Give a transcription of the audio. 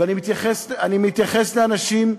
ואני מתייחס לאנשים,